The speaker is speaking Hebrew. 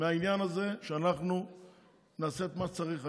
מהעניין הזה, כשאנחנו נעשה את מה שצריך היום.